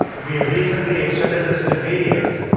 we have recently extended this to videos,